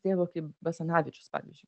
tėvo kaip basanavičius pavyzdžiui